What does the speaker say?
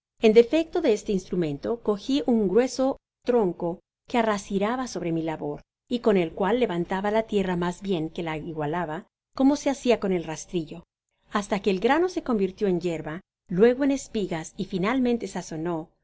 en de iéclo de este instrumento cogi un grueso tronco que arrastraba sobre mi labor y con el cual levantaba la tierra mas bien que la igualaba como se hacia con el rast r ilio hasta que el grano se convirtio en yerba luego ea espigas y finalmente